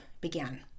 began